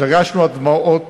התרגשנו עד דמעות